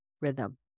rhythm